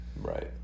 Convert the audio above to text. right